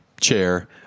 chair